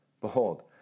Behold